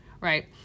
right